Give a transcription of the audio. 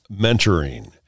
mentoring